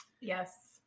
Yes